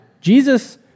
Jesus